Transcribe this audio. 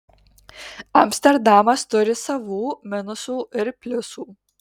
amsterdamas turi savų minusų ir pliusų